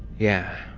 yeah.